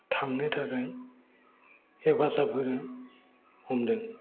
थांनो थाखाय हेफाजाब होनो हमदों